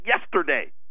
yesterday